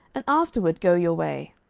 and afterward go your way.